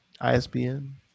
ISBN